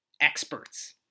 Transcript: experts